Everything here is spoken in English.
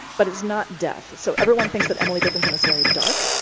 but it's not death. so everyone thinks that emily dickinson is very dark,